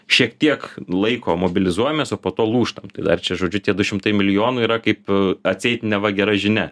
šiek tiek laiko mobilizuojamės o po to lūžtam tai dar čia žodžiu tie du šimtai milijonų yra kaip atseit neva gera žinia